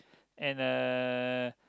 and uh